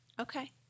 Okay